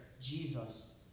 Jesus